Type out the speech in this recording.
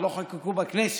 עוד לא חוקקו בכנסת,